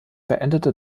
beendete